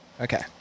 Okay